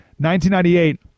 1998